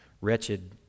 wretched